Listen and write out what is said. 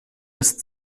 ist